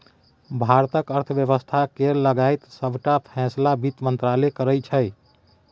भारतक अर्थ बेबस्था केर लगाएत सबटा फैसला बित्त मंत्रालय करै छै